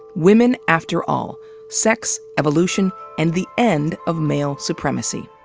women after all sex, evolution, and the end of male supremacy.